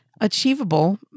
achievable